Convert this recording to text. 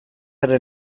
ere